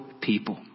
people